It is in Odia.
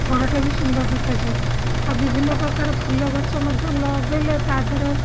ଘରଟା ବି ସୁନ୍ଦର ଦେଖାଯାଏ ଆଉ ବିଭିନ୍ନ ପ୍ରକାର ଫୁଲ ଗଛ ମଧ୍ୟ ଲଗେଇଲେ ତା' ଦେହରେ